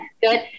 good